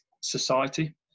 society